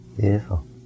Beautiful